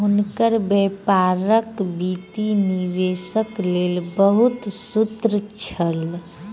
हुनकर व्यापारक वित्तीय निवेशक लेल बहुत सूत्र छल